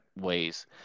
ways